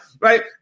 right